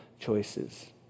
choices